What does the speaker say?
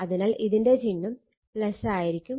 അതിനാൽ ഇതിന്റെ ചിഹ്നം ആയിരിക്കും